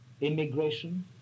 immigration